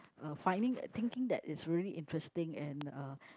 uh finding uh thinking that is really interesting and uh